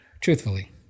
Truthfully